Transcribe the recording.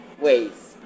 ways